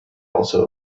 also